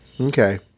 Okay